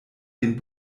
den